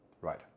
Right